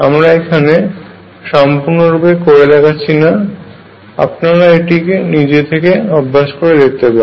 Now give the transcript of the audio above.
আমরা এখানে সম্পূর্ণ রূপে করে দেখাচ্ছি না আপনারা এটিকে নিজে থেকে অভ্যাস করে দেখতে পারেন